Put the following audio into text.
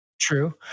True